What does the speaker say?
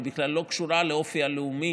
היא בכלל לא קשורה לאופי הלאומי